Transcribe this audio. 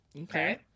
Okay